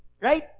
right